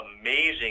amazing